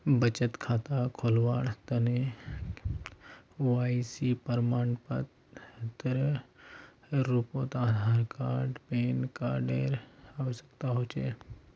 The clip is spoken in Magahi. बचत खता खोलावार तने के.वाइ.सी प्रमाण एर रूपोत आधार आर पैन कार्ड एर आवश्यकता होचे